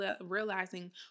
realizing